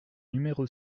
numéro